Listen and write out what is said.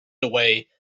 away